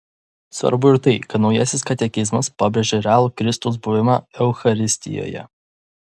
svarbu ir tai kad naujasis katekizmas pabrėžia realų kristaus buvimą eucharistijoje